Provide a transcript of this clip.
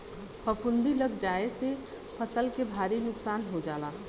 फफूंदी लग जाये से फसल के भारी नुकसान हो जाला